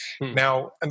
Now